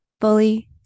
fully